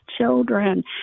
children